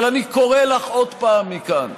אבל אני קורא לך עוד פעם מכאן: